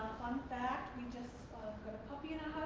fun fact, we just got a puppy in